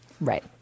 right